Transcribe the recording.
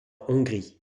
hongrie